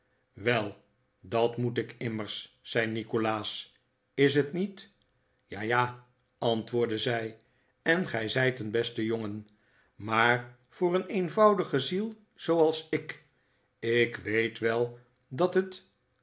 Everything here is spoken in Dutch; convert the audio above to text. wel dat moet ik immers zei nikolaas is t niet ja ja antwoordde zij en gij zijt een beste jongen maar voor een eenvoudige ziel zooals ik ik weet wel dat het